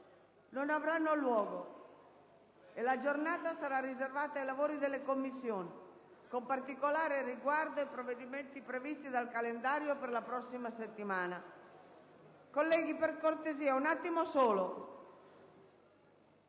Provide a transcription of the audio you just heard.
non avranno luogo, e la giornata sarà riservata ai lavori delle Commissioni, con particolare riguardo ai provvedimenti previsti dal calendario per la prossima settimana. Come già comunicato,